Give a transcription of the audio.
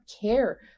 care